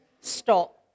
stop